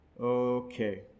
Okay